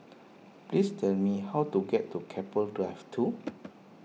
please tell me how to get to Keppel Drive two